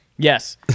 Yes